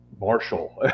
Marshall